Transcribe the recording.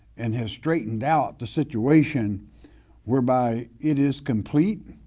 and has straightened out the situation whereby it is complete,